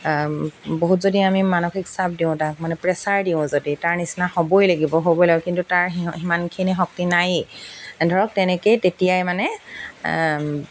বহুত যদি আমি মানসিক চাপ দিওঁ তাক মানে প্ৰেছাৰ দিওঁ যদি তাৰ নিচিনা হ'বই লাগিব হ'বই লাগে কিন্তু তাৰ সিমানখিনি শক্তি নাই ধৰক তেনেকেই তেতিয়াই মানে